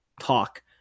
talk